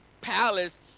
palace